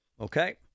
okay